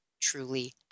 truly